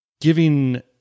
giving